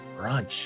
Brunch